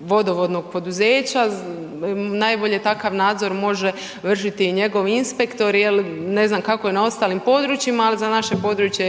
vodovodnog poduzeća, najbolja takav nadzor može vršiti i njegov inspektor jer ne znam kako je na ostalim područjima, ali za naše područje